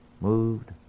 moved